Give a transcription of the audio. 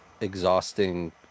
exhausting